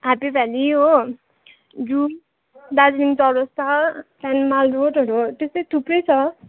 happy Valley हो जू दार्जिलिङ चौरस्ता त्यहाँदेखि माल रोडहरू त्यस्तै थुप्रै छ